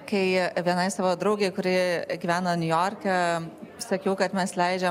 kai vienai savo draugei kuri gyvena niujorke sakiau kad mes leidžiam